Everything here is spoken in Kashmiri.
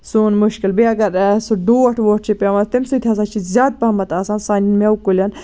سون مُشکِل بیٚییہِ اَگر سُہ ڈوٹھ ووٹھ چھُ پیوان تَمہِ سۭتۍ ہسا چھُ زیادٕ پَہمَتھ آسان سانین میوٕ کُلین